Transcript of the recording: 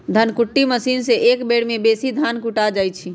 धन कुट्टी मशीन से एक बेर में बेशी धान कुटा जा हइ